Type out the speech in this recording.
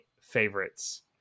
favorites